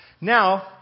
Now